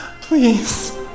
please